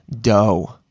dough